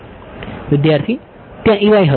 વિદ્યાર્થી ત્યાં હશે